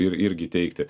ir irgi teikti